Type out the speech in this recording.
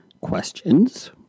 questions